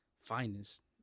finest